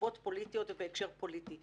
בנסיבות פוליטיות ובהקשר פוליטי.